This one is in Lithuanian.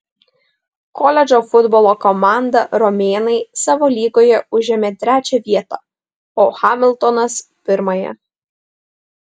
koledžo futbolo komanda romėnai savo lygoje užėmė trečią vietą o hamiltonas pirmąją